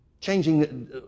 changing